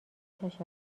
تشکر